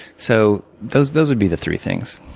so those those would be the three things.